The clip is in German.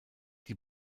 die